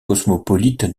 cosmopolite